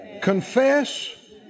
confess